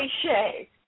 cliche